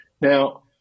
Now